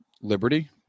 Liberty